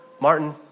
Martin